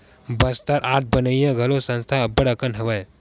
Bastar art बनइया घलो संस्था अब्बड़ कन हवय